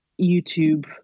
YouTube